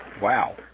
Wow